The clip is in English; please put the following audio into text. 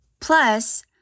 Plus